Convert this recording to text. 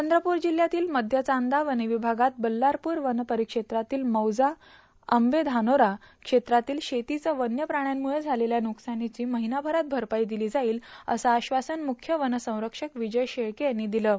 चंद्रपूर जिल्ह्यातील मध्य चांदा वनविभागात बल्लारपूर वनपरिक्षेत्रातील मौजा आंबेधानोरा क्षेत्रातील शेतीचे वव्य प्राण्यांमुळं झालेल्या न्रकसानीचे महिनाभरात भरपाई दिली जाईल असं आश्वासन मुख्य वनसंरक्षक विजय शेळके यांनी दिलं आहे